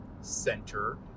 center